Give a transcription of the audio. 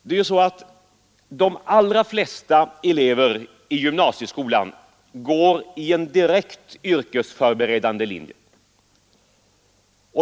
De allra flesta elever i gymnasieskolan går ju på en direkt yrkesförberedande linje.